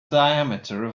diameter